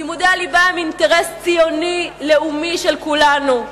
לימודי הליבה הם אינטרס ציוני לאומי של כולנו.